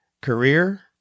career